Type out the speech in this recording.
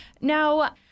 Now